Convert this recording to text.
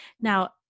Now